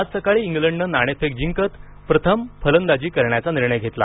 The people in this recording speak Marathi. आज सकाळी इंग्लंडनं नाणेफेक जिंकत प्रथम फलंदाजी करण्याचा निर्णय घेतला